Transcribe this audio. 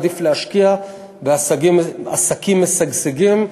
עדיף להשקיע בעסקים משגשגים.